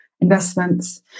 investments